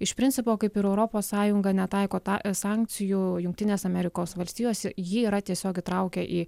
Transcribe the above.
iš principo kaip ir europos sąjunga netaiko tą sankcijų jungtinės amerikos valstijos jį yra tiesiog įtraukę į